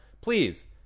Please